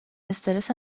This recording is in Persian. استرس